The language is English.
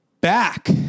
back